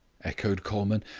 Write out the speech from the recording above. echoed colman,